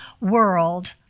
world